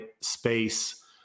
space